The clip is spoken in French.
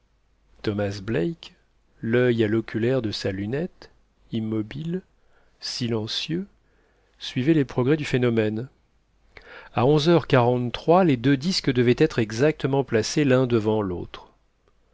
thomas black l'oeil à l'oculaire de sa lunette immobile silencieux suivait les progrès du phénomène à onze heures quarante-trois les deux disques devaient être exactement placés l'un devant l'autre